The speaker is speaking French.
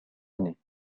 année